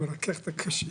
מרכך את הקושי,